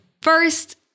first